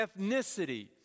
ethnicity